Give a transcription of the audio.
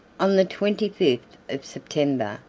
on the twenty-fifth of september,